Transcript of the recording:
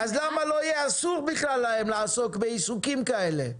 אז למה לא יהיה אסור להם בכלל לעסוק בעיסוקים כאלה?